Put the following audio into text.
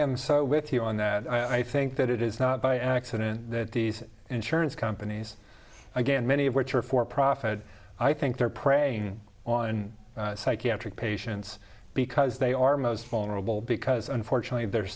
am so with you on that i think that it is not by accident that these insurance companies again many of which are for profit i think they're preying on psychiatric patients because they are most vulnerable because unfortunately there